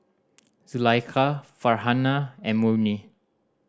Zulaikha Farhanah and Murni